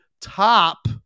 top